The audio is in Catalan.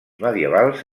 medievals